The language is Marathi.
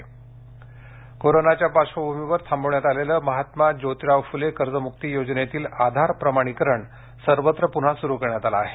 प्रमाणीकरण कोरोनाच्या पार्श्वभूमीवर थांबविण्यात आलेलं महात्मा ज्योतिराव फुले कर्जमुक्ती योजनेतील आधार प्रमाणीकरण सर्वत्र पुन्हा सुरू करण्यात आलं आहे